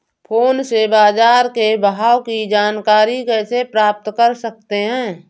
Phone से बाजार के भाव की जानकारी कैसे प्राप्त कर सकते हैं?